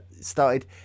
started